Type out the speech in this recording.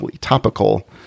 topical